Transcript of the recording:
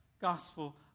Gospel